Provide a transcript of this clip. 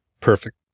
Perfect